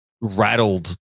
rattled